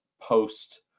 post